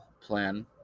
Plan